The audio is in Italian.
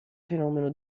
fenomeno